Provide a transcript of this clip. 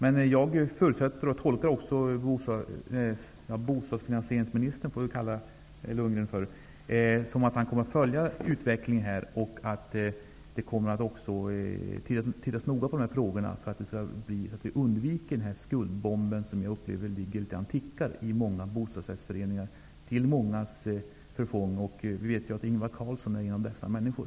Jag tolkar det som sägs av bostadsfinansieringsministern, som vi får kalla herr Lundgren, som att han kommer att följa utvecklingen. Det kommer också att ses noga på de här frågorna för att vi skall undvika den skuldbomb som jag upplever ligger och tickar i många bostadsrättsföreningar, till mångas förfång. Nu vet jag att Ingvar Carlsson är en av dessa människor.